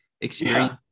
experience